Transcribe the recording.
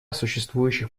существующих